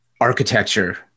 architecture